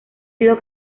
sido